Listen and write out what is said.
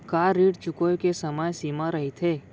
का ऋण चुकोय के समय सीमा रहिथे?